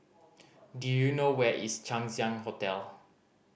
do you know where is Chang Ziang Hotel